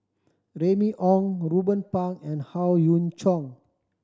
Remy Ong Ruben Pang and Howe Yoon Chong